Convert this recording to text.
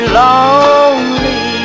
lonely